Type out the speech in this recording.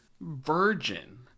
virgin